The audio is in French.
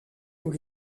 aux